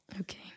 Okay